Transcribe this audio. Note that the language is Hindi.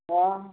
हाँ